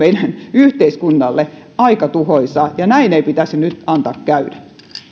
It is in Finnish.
yhteiskunnalle aika tuhoisaa ja näin ei pitäisi nyt antaa käydä